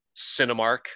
Cinemark